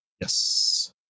Yes